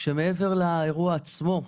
שמעבר לאירוע עצמו,